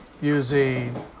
using